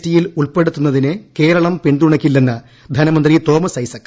ടിയിൽ ഉൾപ്പെടുത്തുന്നതിനെ കേരളം പിന്തുണക്കില്ലെന്നു ധനമന്ത്രി തോമസ് ഐസക്